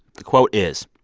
the quote is,